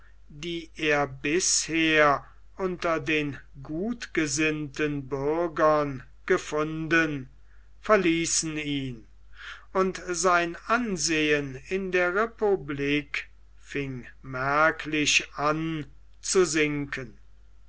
die er bisher unter den gutgesinnten bürgern gefunden verließen ihn und sein ansehen in der republik fing merklich an zu sinken